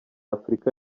afurika